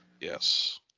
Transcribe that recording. Yes